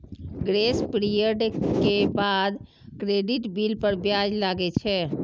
grace period के बाद credit bill पर ब्याज लागै छै